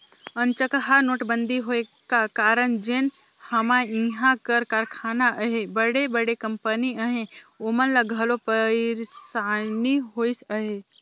अनचकहा नोटबंदी होए का कारन जेन हमा इहां कर कारखाना अहें बड़े बड़े कंपनी अहें ओमन ल घलो पइरसानी होइस अहे